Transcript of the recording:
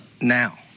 now